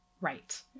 Right